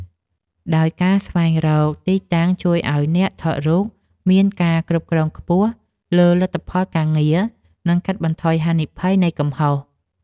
ដោយការស្វែងរកទីតាំងជួយឱ្យអ្នកថតរូបមានការគ្រប់គ្រងខ្ពស់លើលទ្ធផលការងារ និងកាត់បន្ថយហានិភ័យនៃកំហុស។